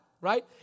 right